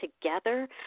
together